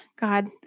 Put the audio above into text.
God